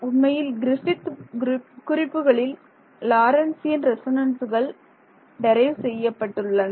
உண்மையில் கிரிப்பித் குறிப்புகளில் லாரன்ஸியன் ரெசொனன்ஸ்கள் டெரைவ் செய்யப்பட்டுள்ளன